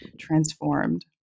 transformed